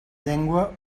llengües